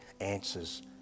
answers